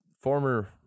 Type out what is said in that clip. Former